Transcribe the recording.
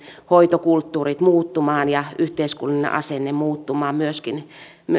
nämä hoitokulttuurit ja yhteiskunnan asenne muuttumaan